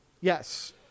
Yes